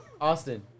Austin